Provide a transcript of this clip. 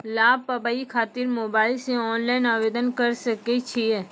लाभ पाबय खातिर मोबाइल से ऑनलाइन आवेदन करें सकय छियै?